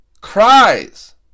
cries